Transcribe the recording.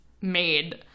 made